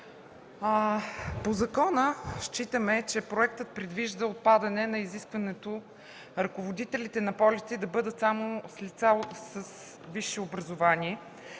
колеги! Считаме, че законопроектът предвижда отпадане на изискването ръководителите на полети да бъдат само лица с висше образование.